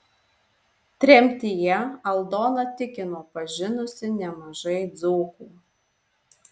tremtyje aldona tikino pažinusi nemažai dzūkų